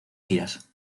giras